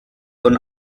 und